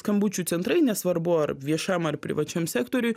skambučių centrai nesvarbu ar viešam ar privačiam sektoriuj